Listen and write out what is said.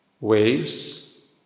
waves